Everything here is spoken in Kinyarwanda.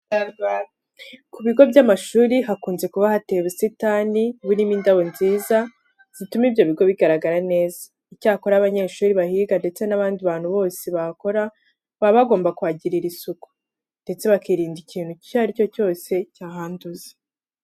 Ku bigo by'amashuri hakunze kuba hateye ubusitani burimo indabo nziza zituma ibyo bigo bigaragara neza. Icyakora abanyeshuri bahiga ndetse n'abandi bantu bose bahakora, baba bagomba kuhagirira isuku ndetse bakirinda ikintu icyo ari cyo cyose cyahanduza.